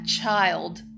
child